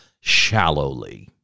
shallowly